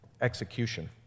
execution